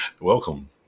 welcome